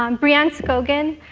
um breanne scogin,